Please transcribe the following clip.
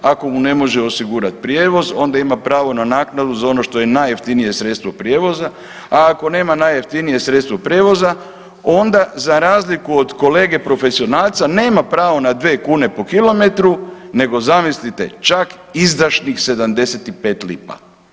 Ako mu ne može osigurati prijevoz onda ima pravo na naknadu za ono što je najjeftinije sredstvo prijevoza, a ako nema najjeftinije sredstvo prijevoza onda za razliku od kolege profesionalca nema pravo na dve kune po kilometru, nego zamislite čak izdašnih 75 lipa.